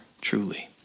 truly